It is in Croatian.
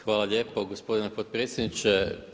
Hvala lijepo gospodine potpredsjedniče.